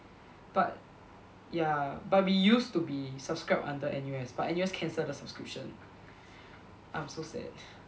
but ya but we used to be subscribed under N_U_S but N_U_S cancel the subscription I'm so sad